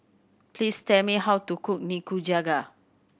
please tell me how to cook Nikujaga